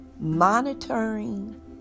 Monitoring